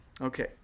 Okay